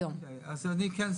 אז אני כן,